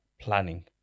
planning